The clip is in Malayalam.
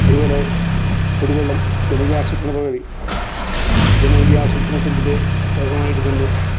അതുപോലെ കുടിവെള്ളം ജനകീയാസുത്രണ പരിപാടി ജനകീയാസൂത്രണത്തിൻ്റെ ഭാഗമായിട്ട് തന്നെ